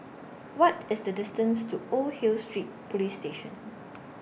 What IS The distance to Old Hill Street Police Station